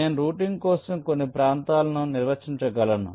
నేను రౌటింగ్ కోసం కొన్ని ప్రాంతాలను నిర్వచించగలను